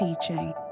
teaching